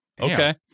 Okay